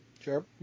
Sure